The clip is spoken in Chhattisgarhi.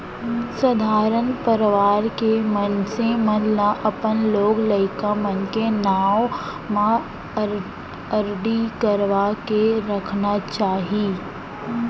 सधारन परवार के मनसे मन ल अपन लोग लइका मन के नांव म आरडी करवा के रखना चाही